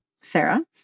Sarah